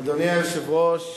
אדוני היושב-ראש,